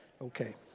Okay